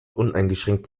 uneingeschränkt